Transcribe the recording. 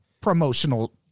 promotional